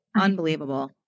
Unbelievable